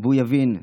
והוא יבין.